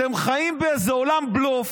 אתם חיים באיזה עולם בלוף,